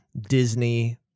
disney